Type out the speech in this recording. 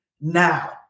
now